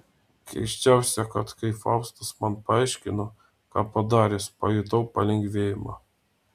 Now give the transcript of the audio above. keisčiausia kad kai faustas man paaiškino ką padaręs pajutau palengvėjimą